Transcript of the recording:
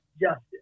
justice